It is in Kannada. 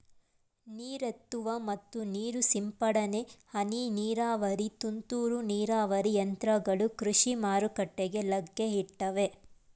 ನೀರೆತ್ತುವ ಮತ್ತು ನೀರು ಸಿಂಪಡನೆ, ಹನಿ ನೀರಾವರಿ, ತುಂತುರು ನೀರಾವರಿ ಯಂತ್ರಗಳು ಕೃಷಿ ಮಾರುಕಟ್ಟೆಗೆ ಲಗ್ಗೆ ಇಟ್ಟಿವೆ